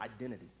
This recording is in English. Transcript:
identity